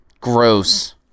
gross